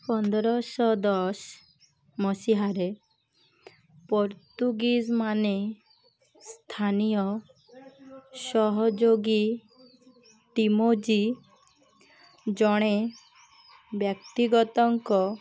ପନ୍ଦରଶହ ଦଶ ମସିହାରେ ପର୍ତ୍ତୁଗୀଜମାନେ ସ୍ଥାନୀୟ ସହଯୋଗୀ ଟିମୋଜି ଜଣେ ବ୍ୟକ୍ତିଗତଙ୍କ